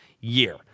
year